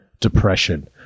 depression